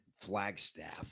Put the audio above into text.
Flagstaff